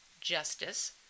justice